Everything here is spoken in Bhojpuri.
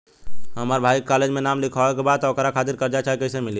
हमरा भाई के कॉलेज मे नाम लिखावे के बा त ओकरा खातिर कर्जा चाही कैसे मिली?